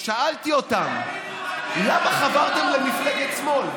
שאלתי אותם: למה חברתם למפלגת שמאל?